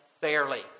fairly